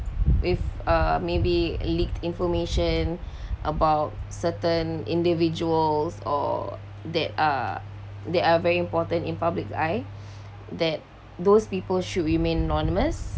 with uh maybe leaked information about certain individuals or that are that are very important in public's eye that those people should remain anonymous